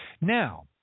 Now